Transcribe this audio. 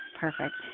perfect